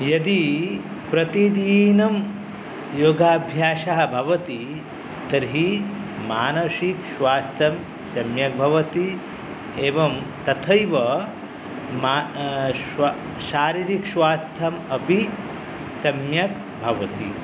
यदि प्रतिदिनं योगाभ्यासः भवति तर्हि मानसिक्स्वास्थ्यं सम्यक् भवति एवं तथैव मा ष्व शारीरिकस्वास्थ्यमपि सम्यक् भवति